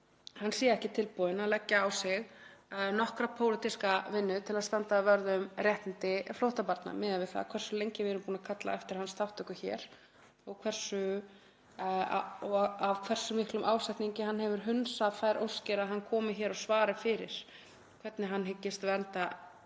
hann sé ekki tilbúinn að leggja á sig nokkra pólitíska vinnu til að standa vörð um réttindi flóttabarna miðað við það hversu lengi við erum búin að kalla eftir hans þátttöku hér og af hversu miklum ásetningi hann hefur hunsað þær óskir að hann komi hér og svari fyrir hvernig hann hyggist vernda